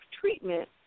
treatment